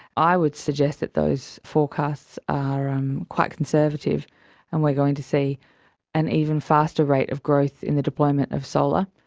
i would suggest that those forecasts are um quite conservative and we're going to see an even faster rate of growth in the deployment of solar,